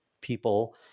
people